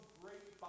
great